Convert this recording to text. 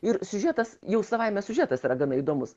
ir siužetas jau savaime siužetas yra gana įdomus